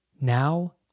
Now